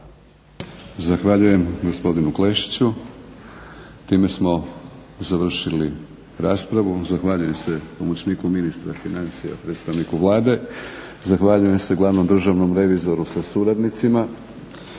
Zahvaljujem gospodinu Klešiću. Time smo završili raspravu. Zahvaljujem se pomoćniku ministra financija, predstavniku Vlade. Zahvaljujem se glavnom državnom revizoru sa suradnicima.